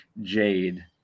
Jade